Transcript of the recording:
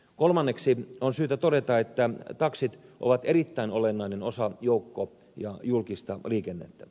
kolmanneksi on syytä todeta että taksit ovat erittäin olennainen osa joukko ja julkista liikennettä